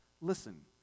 listen